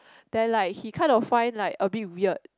then like he kind of find like a bit weird